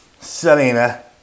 Selena